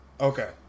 Okay